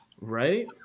Right